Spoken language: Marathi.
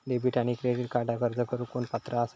डेबिट आणि क्रेडिट कार्डक अर्ज करुक कोण पात्र आसा?